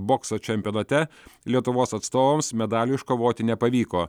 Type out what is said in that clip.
bokso čempionate lietuvos atstovams medalių iškovoti nepavyko